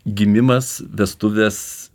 gimimas vestuvės